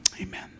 amen